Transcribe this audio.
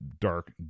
dark